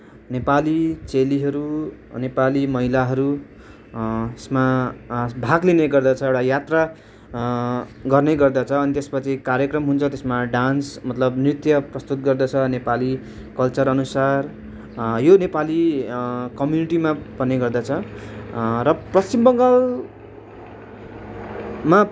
नेपाली चेलीहरू नेपाली महिलाहरू त्यसमा भाग लिने गर्दछ एउटा यात्रा गर्ने गर्दछ अनि त्यसपछि कार्यक्रम हुन्छ त्यसमा डान्स मतलब नृत्य प्रस्तुत गर्दछ नेपाली कल्चर अनुसार यो नेपाली कम्युनिटीमा पने गर्दछ र पश्चिम बङ्गालमा